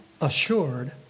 assured